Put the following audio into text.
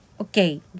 Okay